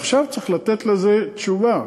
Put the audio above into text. ועכשיו צריך לתת לזה תשובה,